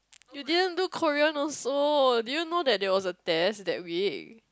you didn't do Korean also did you know that there was a test that week